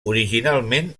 originalment